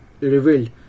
revealed